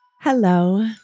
Hello